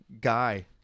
guy